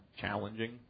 challenging